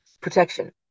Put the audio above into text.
protection